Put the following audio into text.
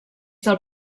del